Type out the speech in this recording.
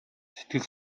сэтгэл